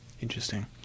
interesting